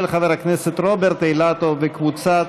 של חבר הכנסת רוברט אילטוב וקבוצת